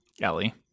Ellie